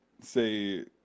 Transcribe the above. say